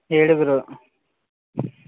ఏడుగురు